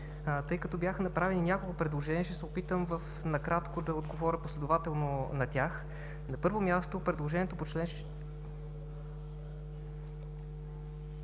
Тъй като бяха направени няколко предложения, ще се опитам накратко да им отговоря последователно. На първо място, предложението по чл.